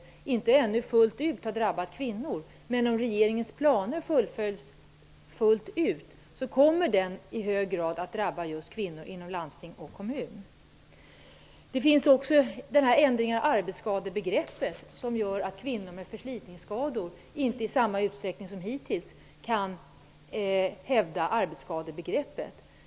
Den har ännu inte fullt ut drabbat kvinnor, men om regeringens planer fullföljs kommer den i hög grad att drabba just kvinnor inom kommun och landsting. Ändringen av arbetsskadebegreppet gör att kvinnor med förslitningsskador inte i samma utsträckning som hittills kan hävda arbetsskada.